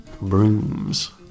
Brooms